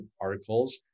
articles